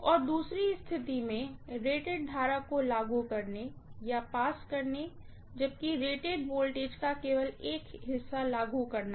और दूसरी स्थिति में रेटेड करंट को लागू करने या पास करने जबकि रेटेड वोल्टेज का केवल एक हिस्सा लागू करना